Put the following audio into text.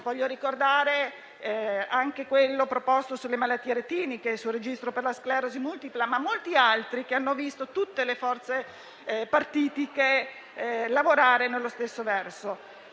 voglio ricordare la proposta sulle malattie retiniche, quella sul registro per la sclerosi multipla e molte altre che hanno visto tutte le forze partitiche lavorare nella stessa